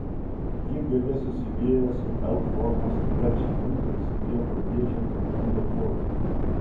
ji gale susilieja su l formos led žibintais kurie pabrėžia automobilio plotį